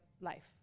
life